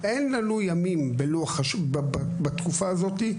אין לנו ימים בתקופה הזאת,